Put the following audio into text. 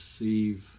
receive